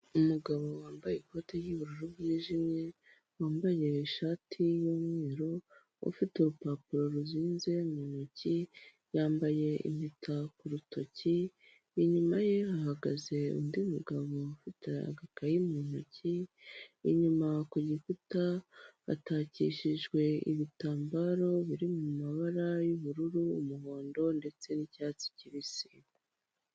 Umugabo wambaye ikoti ry'ubururu bwijimye, wambaye ishati y'umweru, ufite urupapuro ruzinze mu ntoki, yambaye impeta ku rutoki, inyuma ye hahagaze undi mugabo ufite agakaye mu ntoki, inyuma ku gikuta hatakishijwe ibitambaro biri mu mabara y'ubururu, umuhondo ndetse n'icyatsi kibisi.